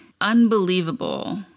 unbelievable